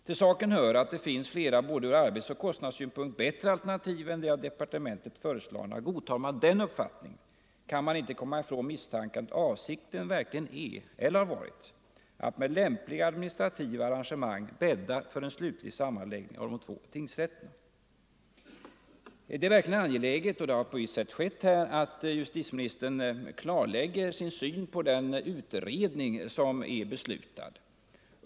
Till saken hör att det finns flera, både ur arbetsoch kostnadssynpunkt, bättre alternativ än det av departementet föreslagna. Godtar man den uppfattningen kan man inte komma ifrån misstanken att avsikten verkligen har varit att med lämpliga administrativa arrangemang bädda för en slutlig sammanläggning av de två tingsrätterna. Det är verkligen angeläget — och det har på visst sätt skett här — att justitieministern klarlägger sin syn på den utredning som är beslutad.